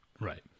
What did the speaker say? Right